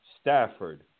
Stafford